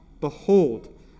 Behold